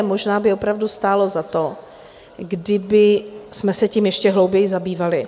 Možná by opravdu stálo za to, kdybychom se tím ještě hlouběji zabývali.